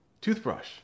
toothbrush